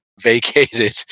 vacated